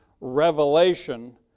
revelation